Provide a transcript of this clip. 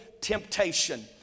temptation